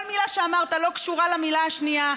כל מילה שאמרת לא קשורה למילה השנייה.